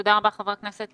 תודה רבה, ח"כ רזבוזוב.